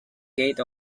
gate